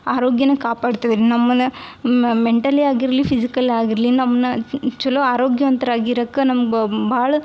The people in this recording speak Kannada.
ಆರೋಗ್ಯನ ಕಾಪಾಡ್ತದೆ ನಮ್ಮನ್ನ ಮೆಂಟಲಿ ಆಗಿರಲಿ ಫಿಸಿಕಲ್ ಆಗಿರಲಿ ನಮ್ಮನ್ನ ಚಲೋ ಆರೋಗ್ಯವಂತ್ರು ಆಗಿರಕ್ಕೆ ನಮ್ಮ ಭಾಳ